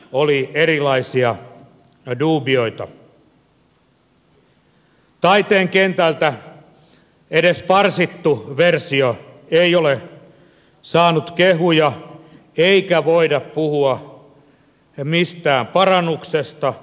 taiteen kentältä edes parsittu versio ei ole saanut kehuja eikä voida puhua mistään parannuksesta